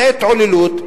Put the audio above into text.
זו התעללות.